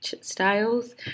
styles